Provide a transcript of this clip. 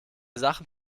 sachen